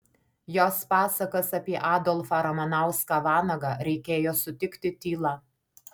jos pasakas apie adolfą ramanauską vanagą reikėjo sutikti tyla